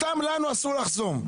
אותם לנו אסור לחסום.